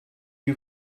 you